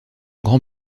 grand